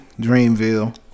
Dreamville